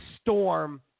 storm